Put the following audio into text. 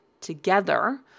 together